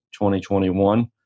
2021